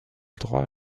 droit